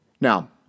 Now